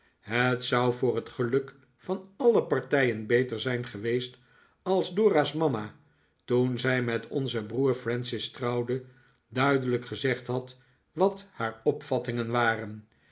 het zou voor het geluk van alle partijen beter zijn geweest als dora's mama toen zij met onzen broer francis trouwde duidelijk gezegd had wat haar opvattingen waren